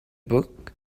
book